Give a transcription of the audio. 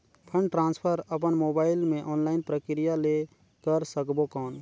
Fund transfer अपन mobile मे online प्रक्रिया ले कर सकबो कौन?